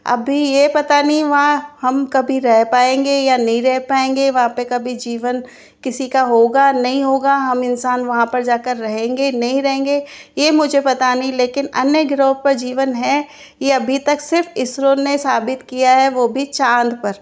अभी ये पता नी वहाँ हम कभी रह पाएंगे या नही रह पाएंगे वहाँ पे कभी जीवन किसी का होगा नही होगा हम इंसान वहां पर जाकर रहेंगे नही रहेंगे यह मुझे पता नहीं लेकिन अन्य ग्रहों पर जीवन है ये अभी तक सिर्फ इसरो ने साबित किया है वो भी चाँद पर